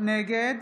נגד